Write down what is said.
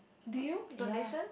do you donation